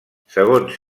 segons